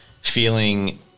feeling